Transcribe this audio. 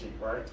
right